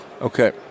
Okay